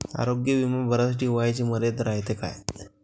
आरोग्य बिमा भरासाठी वयाची मर्यादा रायते काय?